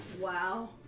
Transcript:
Wow